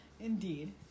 indeed